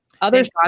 others